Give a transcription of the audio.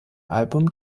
album